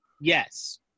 Yes